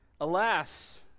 Alas